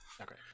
Okay